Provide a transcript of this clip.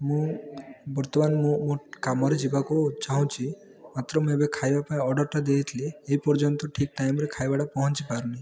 ମୁଁ ବର୍ତ୍ତମାନ ମୁଁ ମୋ କାମରେ ଯିବାକୁ ଚାହୁଁଛି ମାତ୍ର ମୁଁ ଏବେ ଖାଇବାପାଇଁ ଅର୍ଡ଼ର୍ଟା ଦେଇଥିଲି ଏପର୍ଯ୍ୟନ୍ତ ଠିକ୍ ଟାଇମ୍ରେ ଖାଇବାଟା ପହଞ୍ଚିପାରୁନି